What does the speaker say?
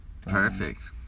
Perfect